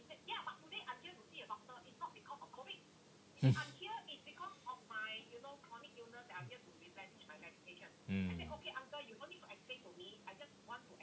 hmm mm